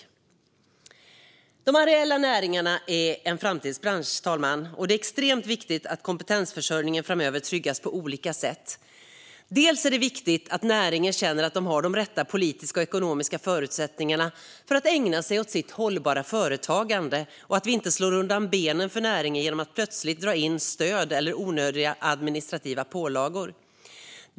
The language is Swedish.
Fru talman! De areella näringarna är en framtidsbransch, och det är extremt viktigt att kompetensförsörjningen framöver tryggas på olika sätt. Dels är det viktigt att näringen känner att den har de rätta politiska och ekonomiska förutsättningarna för att ägna sig åt sitt hållbara företagande och att vi inte slår undan benen för näringen genom plötsligt indragna stöd eller onödiga administrativa pålagor.